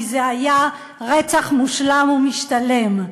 כי זה היה רצח מושלם ומשתלם.